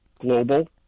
global